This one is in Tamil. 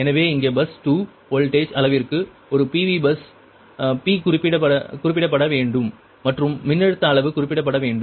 எனவே இங்கே பஸ் 2 வோல்டேஜ் அளவிற்கு ஒரு PV பஸ் P குறிப்பிடப்பட வேண்டும் மற்றும் மின்னழுத்த அளவு குறிப்பிடப்பட வேண்டும்